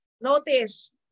notice